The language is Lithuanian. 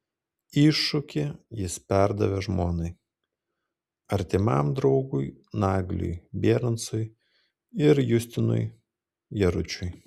iššūkį jis perdavė žmonai artimam draugui nagliui bierancui ir justinui jaručiui